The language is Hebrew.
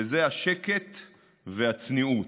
וזה השקט והצניעות,